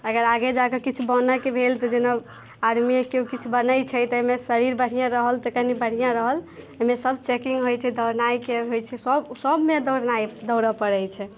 अगर आगे जा कऽ किछु बनयके भेल तऽ जेना आर्मीके किछु बनैत छै ताहिमे शरीर बढ़िआँ रहल तऽ किछु बढ़िआँ रहल ओहिमे सभ चेकिंग होइत छै दौड़नाइके होइत छै सभ सभमे दौड़नाइ दौड़य पड़ैत छै